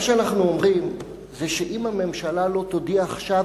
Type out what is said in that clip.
מה שאנחנו אומרים זה שאם הממשלה לא תודיע עכשיו